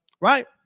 Right